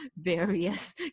various